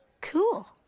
Cool